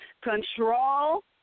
control